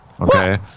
Okay